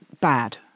bad